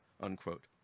unquote